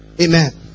Amen